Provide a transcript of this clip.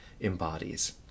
embodies